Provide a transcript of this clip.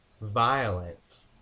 violence